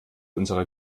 unserer